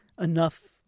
enough